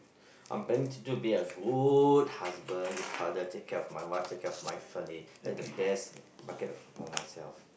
I'm planning to be a good husband good father take care of my wife take care of my family let the best bucket list for myself